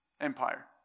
Empire